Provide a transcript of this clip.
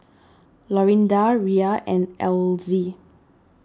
Lorinda Rhea and Elzie